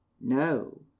no